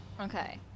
okay